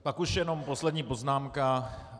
Pak už jenom poslední poznámka.